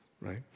right